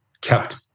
kept